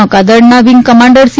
નૌકાદળના wing commander C